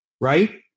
right